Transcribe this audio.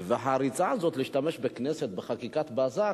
והריצה הזאת להשתמש בכנסת בחקיקת בזק,